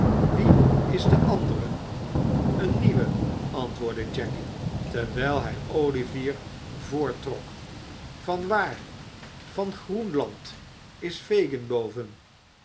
wie is de andere een nieuwe antwoordde jack terwijl hij olivier voorttrok van waar van groenland is fagin boven